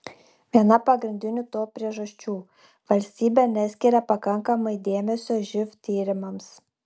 viena pagrindinių to priežasčių valstybė neskiria pakankamai dėmesio živ tyrimams